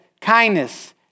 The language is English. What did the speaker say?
kindness